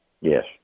Yes